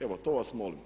Evo to vas molim.